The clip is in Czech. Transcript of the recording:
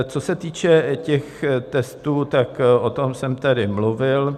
Co se týče těch testů, tak o tom jsem tady mluvil.